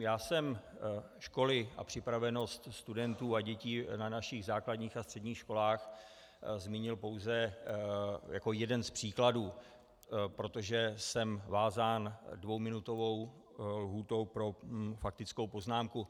Já jsem školy a připravenost studentů a děti na našich základních a středních školách zmínil pouze jako jeden z příkladů, protože jsem vázán dvouminutovou lhůtou pro faktickou poznámku.